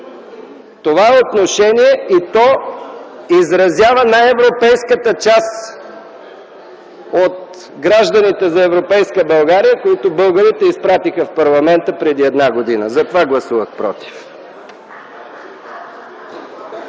Това е отношение и то се изразява от най-европейската част от гражданите за европейска България, които българите изпратиха в парламента преди една година. Затова гласувах против!